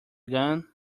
gun